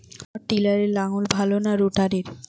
পাওয়ার টিলারে লাঙ্গল ভালো না রোটারের?